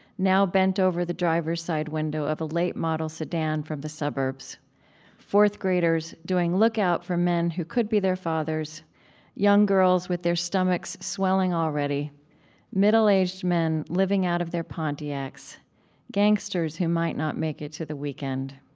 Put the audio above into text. now bent over the driver's-side window of a late-model sedan from the suburbs fourth-graders doing lookout for men who could be their fathers young girls with their stomachs swelling already middle-aged men living out of their pontiacs gangsters who might not make it to the weekend.